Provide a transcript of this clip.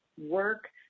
work